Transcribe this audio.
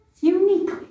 uniquely